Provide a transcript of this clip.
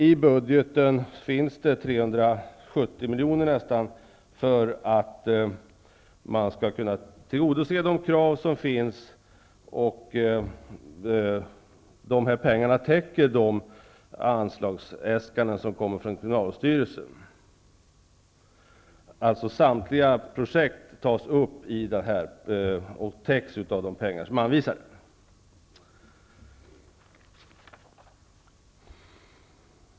I budgeten finns nästan 370 milj.kr. anvisade för tillgodoseende av de krav som föreligger, och de här pengarna täcker de anslagsäskanden som kriminalvårdsstyrelsen har avlämnat. Samtliga projekt täcks således av de pengar som är anvisade.